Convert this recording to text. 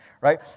right